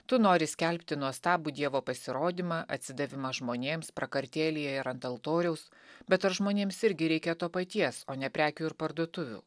tu nori skelbti nuostabų dievo pasirodymą atsidavimą žmonėms prakartėlėje ir ant altoriaus bet ar žmonėms irgi reikia to paties o ne prekių ir parduotuvių